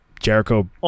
Jericho